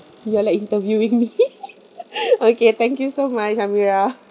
you are like interviewing me okay thank you so much amirah